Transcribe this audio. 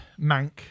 Mank